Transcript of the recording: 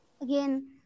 again